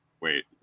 Wait